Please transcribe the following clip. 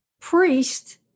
priest